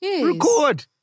Record